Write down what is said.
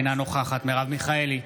אינה נוכחת מרב מיכאלי,